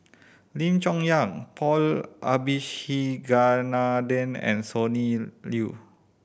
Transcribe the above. Lim Chong Yah Paul Abisheganaden and Sonny Liew